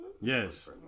Yes